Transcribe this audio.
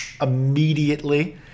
immediately